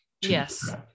yes